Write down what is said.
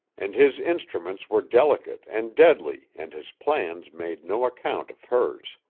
and his instruments were delicate and deadly and his plans made no account of hers.